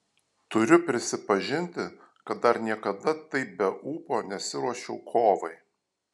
turiu prisipažinti kad dar niekada taip be ūpo nesiruošiau kovai